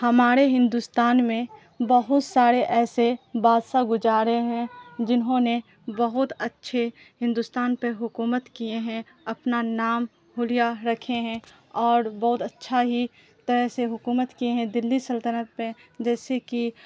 ہمارے ہندوستان میں بہت سارے ایسے بادساہ گجارے ہیں جنہوں نے بہت اچھے ہندوستان پہ حکومت کیے ہیں اپنا نام ہولیا رکھے ہیں اور بہت اچھا ہی طرح سے حکومت کیے ہیں دلی سلطنت پہ جیسے کہ